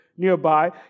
nearby